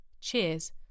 Cheers